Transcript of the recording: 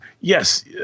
yes